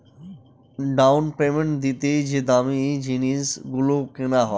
down payment দিয়ে যে দামী জিনিস গুলো কেনা হয়